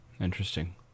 interesting